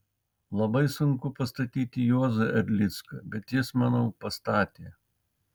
labai sunku pastatyti juozą erlicką bet jis manau pastatė